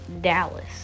Dallas